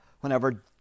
whenever